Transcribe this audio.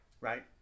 right